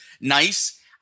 nice